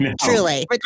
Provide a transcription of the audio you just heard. Truly